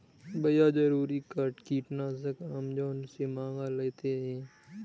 भैया जरूरी कीटनाशक अमेजॉन से मंगा लेते हैं